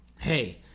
Hey